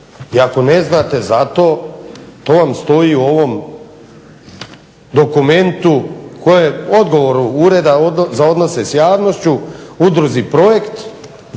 i ako ne znate za to to vam stoji u ovom dokumentu, odgovoru Ureda za odnose s javnošću Udruzi "Projekt"